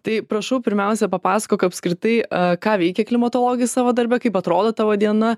tai prašau pirmiausia papasakok apskritai ką veikia klimatologai savo darbe kaip atrodo tavo diena